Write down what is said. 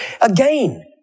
Again